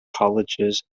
colleges